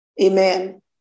Amen